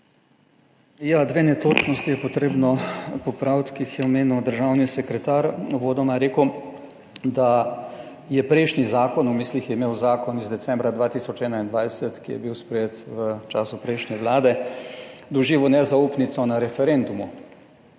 Ja, dve netočnosti je potrebno popraviti, ki jih je omenil državni sekretar. Uvodoma je rekel, da je prejšnji zakon, v mislih je imel zakon iz decembra 2021, ki je bil sprejet v času prejšnje Vlade, doživel nezaupnico na referendumu.